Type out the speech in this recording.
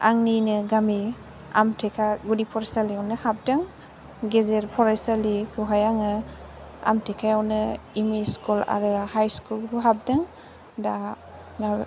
आंनिनो गामि आमटेका गुदि फराइसालियावनो हाबदों गेजेर फराइसालिखौहाय आङो आमटेकायावनो एम इ स्कुल आरो हाइ स्कुल खौ हाबदों दा